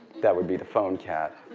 that would be the phone cat.